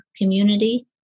community